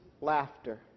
laughter